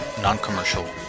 non-commercial